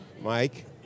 Mike